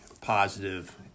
positive